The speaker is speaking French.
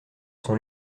sont